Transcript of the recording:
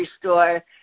store